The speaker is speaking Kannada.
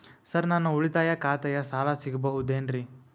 ಸರ್ ನನ್ನ ಉಳಿತಾಯ ಖಾತೆಯ ಸಾಲ ಸಿಗಬಹುದೇನ್ರಿ?